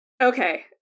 Okay